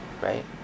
right